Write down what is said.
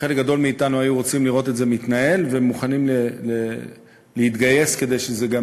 חלק גדול מאתנו היו רוצים לראות את זה מתנהל ומוכנים להתגייס כדי שזה גם